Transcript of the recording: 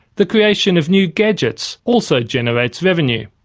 the creation of new gadgets also generates revenue.